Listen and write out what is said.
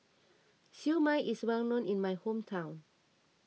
Siew Mai is well known in my hometown